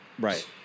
Right